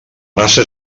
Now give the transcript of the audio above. raça